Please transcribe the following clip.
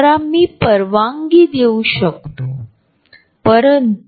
पण त्यांच्यामागील कल्पना अंदाजे समान जागा ठेवून कळविली जाते